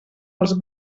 els